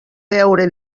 veure